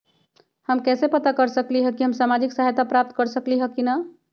हम कैसे पता कर सकली ह की हम सामाजिक सहायता प्राप्त कर सकली ह की न?